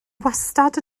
wastad